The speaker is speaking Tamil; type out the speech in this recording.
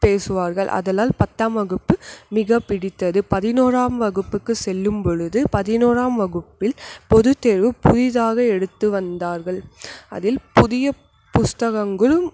பேசுவார்கள் ஆதலால் பத்தாம் வகுப்பு மிக பிடித்தது பதினோராம் வகுப்புக்கு சொல்லும் பொழுது பதினோறாம் வகுப்பில் பொது தேர்வு புதிதாக எடுத்து வந்தார்கள் அதில் புதிய புத்தகங்களும்